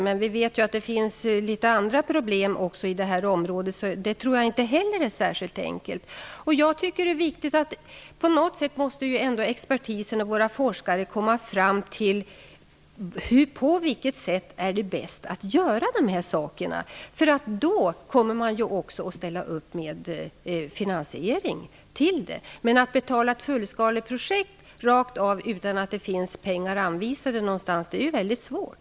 Men vi vet att det finns också andra problem i det här aktuella området, så jag tror inte att det är särskilt enkelt med sandsugning heller. Jag tycker att det är viktigt att vänta tills expertisen och våra forskare kommer fram till på vilket sätt det är bäst att göra de här sakerna. Då kommer man också att ställa upp med finansiering. Men att betala ett fullskaleprojekt rakt av utan att det finns pengar anvisade är väldigt svårt.